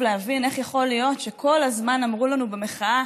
להבין איך יכול להיות שכל הזמן אמרו לנו במחאה